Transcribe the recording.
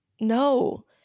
No